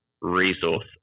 resource